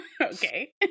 Okay